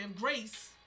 grace